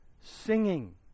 singing